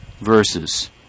verses